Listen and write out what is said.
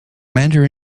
commander